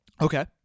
Okay